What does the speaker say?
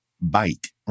bite